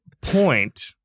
point